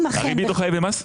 הריבית לא חייבת במס?